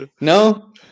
No